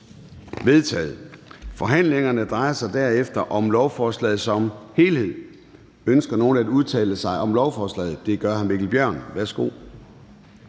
Gade): Forhandlingerne drejer sig herefter om lovforslaget som helhed. Ønsker nogen at udtale sig om lovforslaget? Det gør hr. Mikkel Bjørn, Dansk